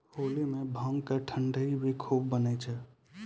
होली मॅ भांग के ठंडई भी खूब बनै छै